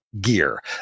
gear